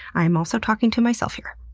i am also talking to myself here.